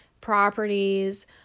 properties